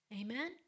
Amen